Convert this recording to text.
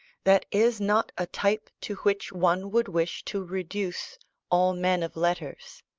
that is not a type to which one would wish to reduce all men of letters.